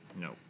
No